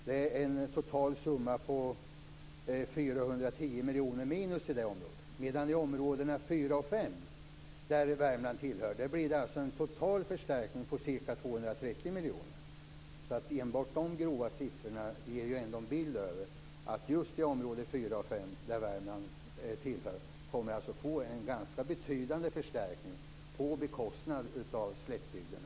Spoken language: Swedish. Det är en total summa på 410 miljoner minus i de områdena. I områdena 4 och 5, som ju Värmland tillhör, blir det däremot en total förstärkning på ca 230 miljoner. Enbart de grova siffrorna ger ju ändå en bild av att just områdena 4 och 5, som Värmland tillhör, kommer att få en ganska betydande förstärkning på bekostnad av slättbygderna.